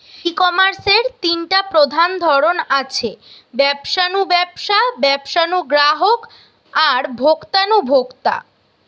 ই কমার্সের তিনটা প্রধান ধরন আছে, ব্যবসা নু ব্যবসা, ব্যবসা নু গ্রাহক আর ভোক্তা নু ভোক্তা